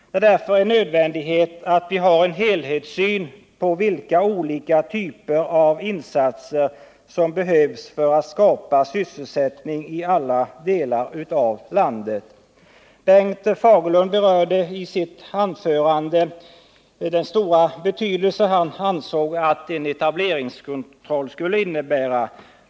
Det är därför en nödvändighet att vi har en helhetssyn på vilka olika typer av insatser som behövs för att skapa sysselsättning i alla delar av landet. Bengt Fagerlund berörde i sitt anförande den stora betydelse han ansåg att en etableringskontroll skulle få.